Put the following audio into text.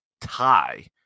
tie